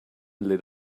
lit